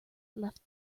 left